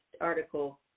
article